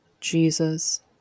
Jesus